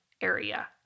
area